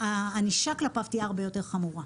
הענישה כלפיו תהיה הרבה יותר חמורה.